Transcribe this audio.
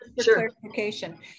clarification